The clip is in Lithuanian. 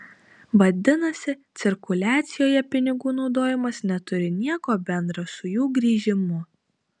vadinasi cirkuliacijoje pinigų naudojimas neturi nieko bendra su jų grįžimu